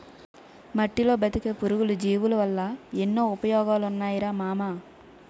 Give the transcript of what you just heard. మట్టిలో బతికే పురుగులు, జీవులవల్ల ఎన్నో ఉపయోగాలున్నాయిరా మామా